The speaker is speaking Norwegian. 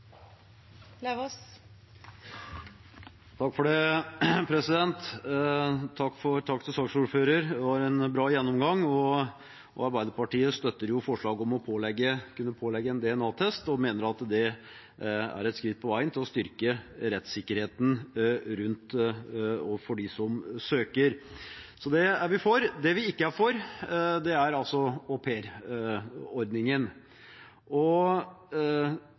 Takk til saksordføreren for en bra gjennomgang. Arbeiderpartiet støtter forslaget om å kunne pålegge en DNA-test, og mener at det er et skritt på veien til å styrke rettssikkerheten for dem som søker. Så det er vi for. Det vi ikke er for, er aupairordningen. Det er